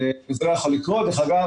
דרך אגב,